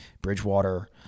Bridgewater